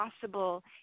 possible